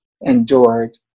endured